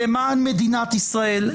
למען מדינת ישראל,